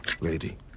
lady